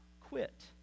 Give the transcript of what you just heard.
quit